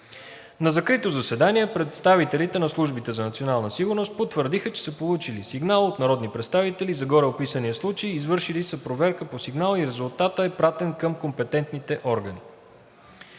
На закрито заседание представителите на службите за национална сигурност потвърдиха, че са получили сигнал от народни представители за гореописания случай, извършили са проверка по сигнала и резултатът е пратен към компетентните органи.